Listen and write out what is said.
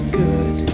good